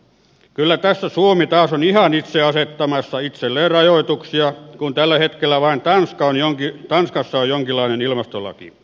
kyllä tässä suomi taas on ihan itse asettamassa itselleen rajoituksia kun tällä hetkellä vain tanskassa on jonkinlainen ilmastolaki